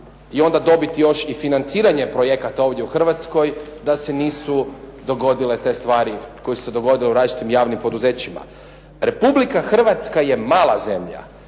i onda dobiti još i financiranje projekata ovdje u Hrvatskoj da se nisu dogodile te stvari koje su se dogodile u različitim javnim poduzećima. Republika Hrvatska je mala zemlja